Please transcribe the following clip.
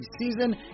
season